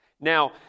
now